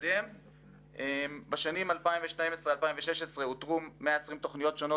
בשנים 2016-2012 אותרו 120 תכניות שונות